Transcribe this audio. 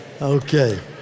Okay